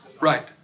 Right